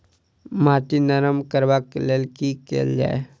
माटि नरम करबाक लेल की केल जाय?